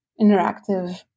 interactive